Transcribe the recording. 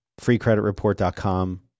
freecreditreport.com